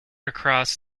across